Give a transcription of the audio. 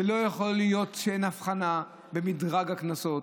זה לא יכול להיות שאין הבחנה במדרג הקנסות.